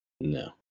No